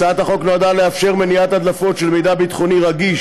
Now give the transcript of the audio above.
הצעת החוק נועדה לאפשר מניעת הדלפות של מידע ביטחוני רגיש